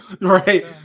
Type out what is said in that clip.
right